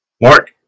Mark